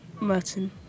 Merton